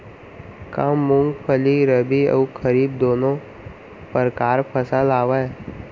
का मूंगफली रबि अऊ खरीफ दूनो परकार फसल आवय?